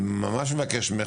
אני ממש מבקש ממך,